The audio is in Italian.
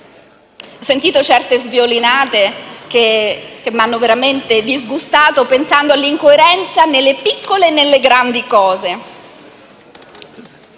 Ho sentito certe sviolinate che mi hanno veramente disgustata, pensando all'incoerenza nelle piccole e nelle grandi cose: